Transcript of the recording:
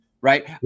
Right